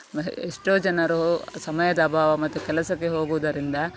ಎಷ್ಟೋ ಜನರು ಸಮಯದ ಅಭಾವ ಮತ್ತು ಕೆಲಸಕ್ಕೆ ಹೋಗುವುದರಿಂದ